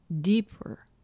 deeper